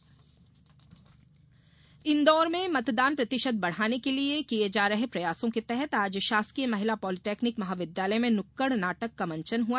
मतदान संकल्प इंदौर में मतदान प्रतिशत बढ़ाने के लिये के किये जा रहे प्रयासों के तहत आज शासकीय महिला पॉलीटेक्निक महाविद्यालय में नुक्कड नाटक का मंचन हआ